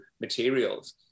materials